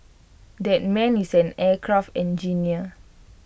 that man is an aircraft engineer